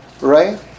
right